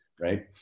right